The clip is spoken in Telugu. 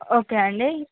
ఓకే అండి